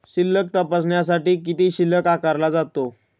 शिल्लक तपासण्यासाठी किती शुल्क आकारला जातो?